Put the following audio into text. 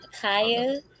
Kaya